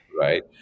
right